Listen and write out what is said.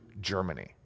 Germany